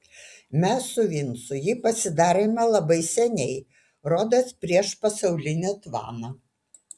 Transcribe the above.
mes su vincu jį pasidarėme labai seniai rodos prieš pasaulinį tvaną